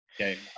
Okay